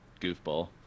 Goofball